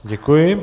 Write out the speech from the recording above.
Děkuji.